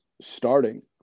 starting